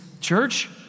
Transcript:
church